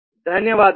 ధన్యవాదాలు